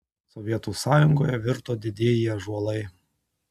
sovietų sąjungoje virto didieji ąžuolai